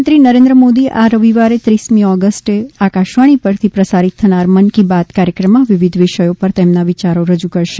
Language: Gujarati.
પ્રધાનમંત્રી નરેન્દ્ર મોદી આવતીકાલે આકાશવાણી પરથી પ્રસારિત થનાર મન કી બાત કાર્યક્રમમાં વિવિધ વિષયો ઉપર તેમના વિયારો રજૂ કરશે